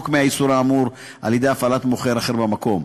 מהאיסור האמור על-ידי הפעלת מוכר אחר במקום.